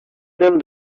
them